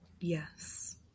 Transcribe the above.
Yes